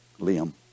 Liam